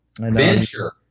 Venture